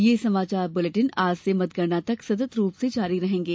ये समाचार बुलेटिन आज से मतगणना तक सतत रूप से जारी रहेंगे